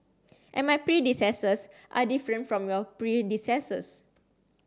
and my predecessors are different from your predecessors